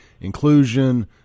inclusion